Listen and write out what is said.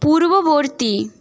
পূর্ববর্তী